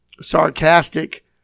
sarcastic